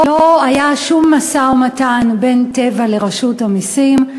לא היה שום משא-ומתן בין "טבע" לבין רשות המסים,